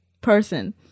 person